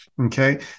Okay